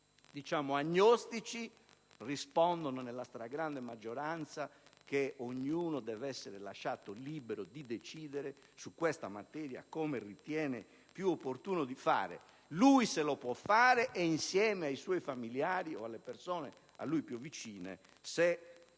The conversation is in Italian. o agnostici - rispondono nella grande maggioranza dei casi che ognuno deve essere lasciato libero di decidere su questa materia come ritiene più opportuno, il diretto interessato se lo può fare, insieme ai suoi familiari o alle persone a lui più vicine se non